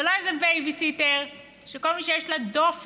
זה לא איזה בייביסיטר שכל מי שיש לה דופק